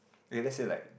eh let's say like